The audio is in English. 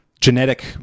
genetic